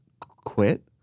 quit